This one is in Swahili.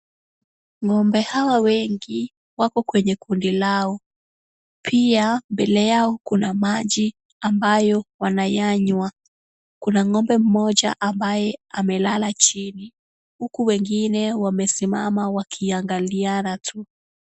Ng'ombe hawa wengi wako kwenye kundi lao. Pia, mbele yao kuna maji ambayo wanayanywa. Kuna ng'ombe mmoja ambaye amelala chini, huku wengine wamesimama wakiangaliana tu.